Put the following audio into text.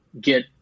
get